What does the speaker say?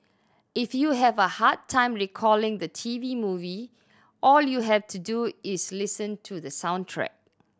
if you have a hard time recalling the T V movie all you have to do is listen to the soundtrack